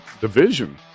division